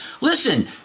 Listen